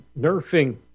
nerfing